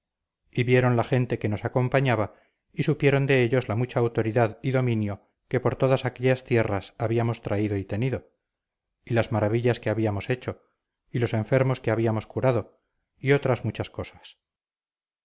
y vieron la gente que nos acompañaba y supieron de ellos la mucha autoridad y dominio que por todas aquellas tierras habíamos traído y tenido y las maravillas que habíamos hecho y los enfermos que habíamos curado y otras muchas cosas